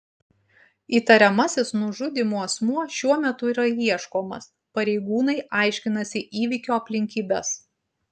įtariamasis nužudymu asmuo šiuo metu yra ieškomas pareigūnai aiškinasi įvykio aplinkybes